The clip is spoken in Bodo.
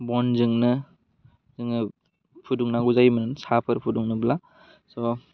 बनजोंनो जोङो फुदुंनांगौ जायोमोन साहाफोर फुदुंनोब्ला स'